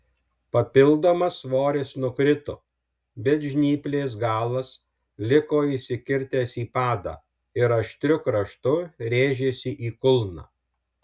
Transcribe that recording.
papildomas svoris nukrito bet žnyplės galas liko įsikirtęs į padą ir aštriu kraštu rėžėsi į kulną